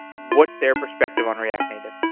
what's their perspective on react native?